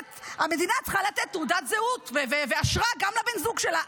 המדינה צריכה לתת תעודת זהות ואשרה גם לבן הזוג שלה.